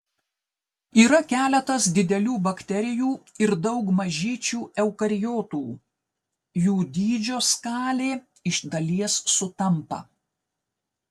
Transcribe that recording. yra keletas didelių bakterijų ir daug mažyčių eukariotų jų dydžio skalė iš dalies sutampa